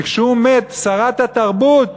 וכשהוא מת שרת התרבות